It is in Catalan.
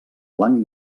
blanc